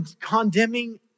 condemning